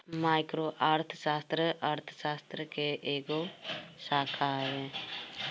micro अर्थशास्त्र, अर्थशास्त्र के एगो शाखा हवे